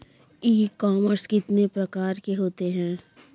ई commerce कितने प्रकार के होते हैं?